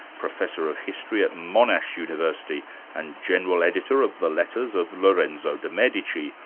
professor of history at monash university and general editor of the letters of lorenzo de' medici,